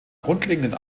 grundlegend